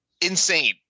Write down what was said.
insane